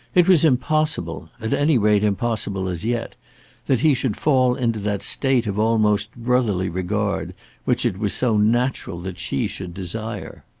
it was impossible at any rate impossible as yet that he should fall into that state of almost brotherly regard which it was so natural that she should desire.